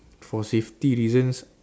for safety reasons